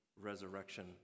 resurrection